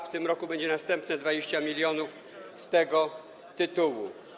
W tym roku będzie następne 20 mln z tego tytułu.